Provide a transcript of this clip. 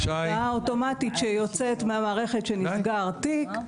הודעה אוטומטית שיוצאת מהמערכת שנסגר תיק,